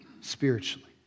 spiritually